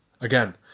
again